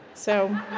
so,